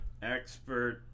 Expert